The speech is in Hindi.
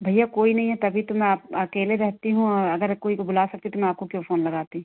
भैया कोई नहीं है तभी तो मैं आप अकेले रहती हूँ अगर कोई को बुला सके तो मैं आपको क्यों फ़ोन लगाती